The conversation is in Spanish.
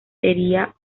sería